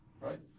right